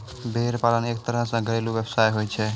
भेड़ पालन एक तरह सॅ घरेलू व्यवसाय होय छै